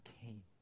came